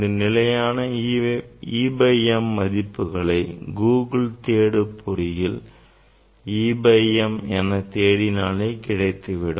இந்த நிலையான மதிப்புகளை கூகுள் தேடுபொறியில் e by m என தேடினாலே கிடைத்துவிடும்